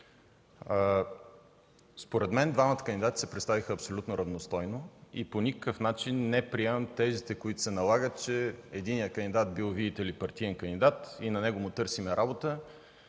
Според мен двамата кандидати се представиха абсолютно равностойно. По никакъв начин не приемам тезите, които се налагат, че видите ли, единият кандидат бил партиен кандидат и на него му търсим работа,